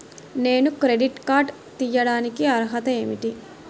నేను credit card తీయడానికి అర్హత ఏమిటి?